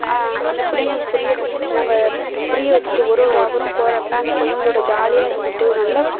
அந்த பிள்ளைங்களுக்கு புரிய வச்சுட்டு நம்ம புரிய வச்சுட்டு ஒரு ஒரு அவரும் போகிறப்ப அந்த பிள்ளைங்களோட ஜாலியாக இருந்துவிட்டு நல்ல